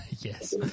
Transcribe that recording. Yes